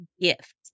gift